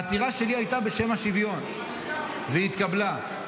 העתירה שלי הייתה בשם השוויון, והיא התקבלה.